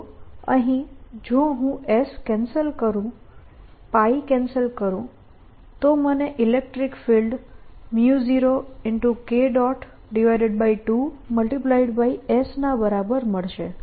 તો અહીં જો હું S કેન્સલ કરું π કેન્સલ કરું તો મને ઇલેક્ટ્રીક ફિલ્ડ 0K2s ના બરાબર મળશે